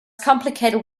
complicated